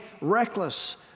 reckless